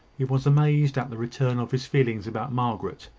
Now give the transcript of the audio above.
he was amazed at the return of his feelings about margaret,